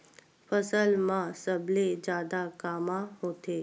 फसल मा सबले जादा कामा होथे?